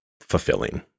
fulfilling